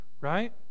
right